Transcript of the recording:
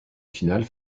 finale